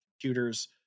computers